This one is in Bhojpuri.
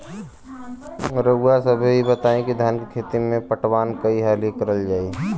रउवा सभे इ बताईं की धान के खेती में पटवान कई हाली करल जाई?